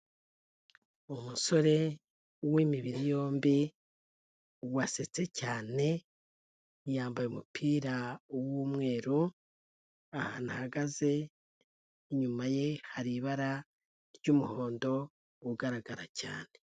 Umusore w'imibiri yombi wasetse cyane yambaye umupira w'umweru, ahantu ahagaze inyuma ye hari ibara ry'umuhondo ugaragara cyane.